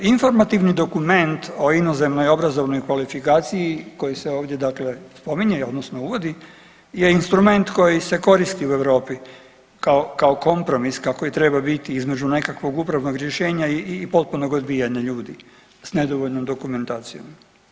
Informativni dokument o inozemnoj obrazovnoj kvalifikaciji koji se ovdje dakle spominje odnosno uvodi je instrument koji se koristi u Europi kao kompromis kako i treba biti između nekakvog upravnog rješenja i potpunog odbijanja ljudi s nedovoljnom dokumentacijom.